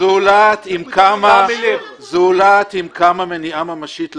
זולת אם קמה מניעה ממשית לכך.